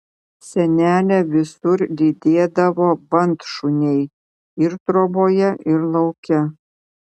senelę visur lydėdavo bandšuniai ir troboje ir lauke